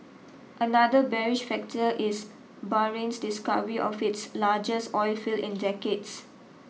another bearish factor is Bahrain's discovery of its largest oilfield in decades